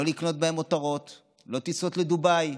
לא לקנות בהם מותרות, לא טיסות לדובאי,